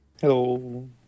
Hello